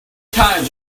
times